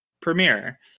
premiere